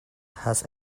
has